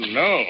no